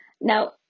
Now